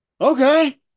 Okay